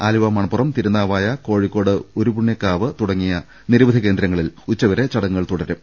ആലുവ മണപ്പുറം തിരുനാവായ കോഴിക്കോട് ഉരുപുണ്യകാവ് തുടങ്ങി നിരവധി കേന്ദ്ര ങ്ങളിൽ ഉച്ചവരെ ചടങ്ങുകൾ തുടരും